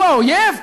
הוא האויב?